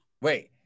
Wait